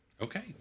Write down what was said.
Okay